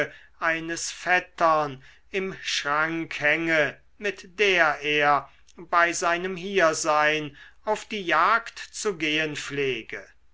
eines vettern im schrank hänge mit der er bei seinem hiersein auf die jagd zu gehen pflege